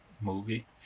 movie